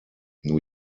new